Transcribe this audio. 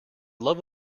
love